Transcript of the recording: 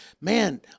man